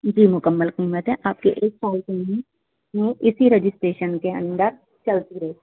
جی مکمل قیمت ہے آپ کے ایک سال کے لئے اِسی رجسٹریشن کے اندر چلتی رہے